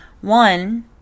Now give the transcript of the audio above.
One